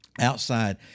outside